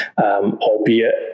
albeit